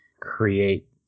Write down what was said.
create